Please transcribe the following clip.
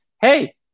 hey